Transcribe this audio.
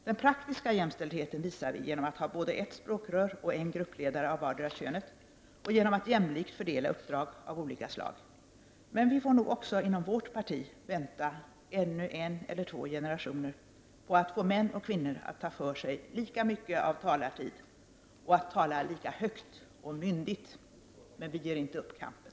Den praktiska jämställdheten visar vi genom att ha både ett språkrör och en gruppledare av vardera könet och genom att jämlikt fördela uppdrag av olika slag. Men vi får nog också inom vårt parti vänta ännu en eller två generationer på att få män och kvinnor att ta för sig lika mycket av talartid och att tala lika högt och myndigt. Men vi ger inte upp kampen!